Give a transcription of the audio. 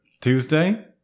tuesday